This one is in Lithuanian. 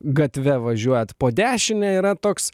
gatve važiuojat po dešine yra toks